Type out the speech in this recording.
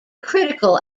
critical